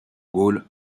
gaule